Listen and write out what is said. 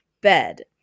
bed